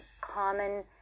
Common